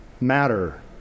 matter